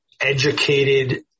educated